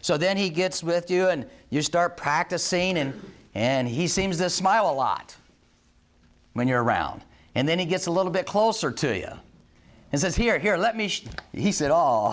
so then he gets with you and you start practicing in and he seems a smile a lot when you're around and then he gets a little bit closer to you and says here here let me he said all